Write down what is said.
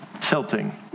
tilting